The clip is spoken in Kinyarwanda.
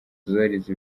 zubahiriza